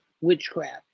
witchcraft